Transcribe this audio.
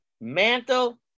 Mantle